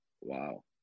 Wow